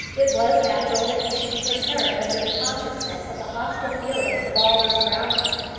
it was natural that he should be perturbed under the consciousness of the hostile feeling of all those around him.